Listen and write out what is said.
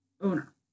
owner